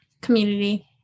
community